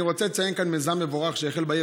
אני רוצה לציין כאן מיזם מבורך שהחל בעיר